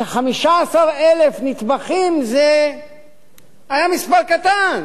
ש-15,000 נטבחים, זה היה מספר קטן.